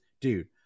Dude